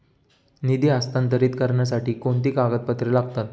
निधी हस्तांतरित करण्यासाठी कोणती कागदपत्रे लागतात?